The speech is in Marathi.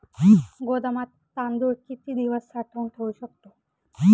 गोदामात तांदूळ किती दिवस साठवून ठेवू शकतो?